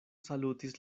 salutis